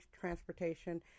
transportation